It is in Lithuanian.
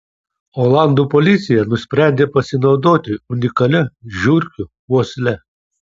olandų policija nusprendė pasinaudoti unikalia žiurkių uosle